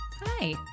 hi